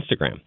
Instagram